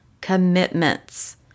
commitments